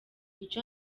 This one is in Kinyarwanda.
icyo